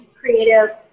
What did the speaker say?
creative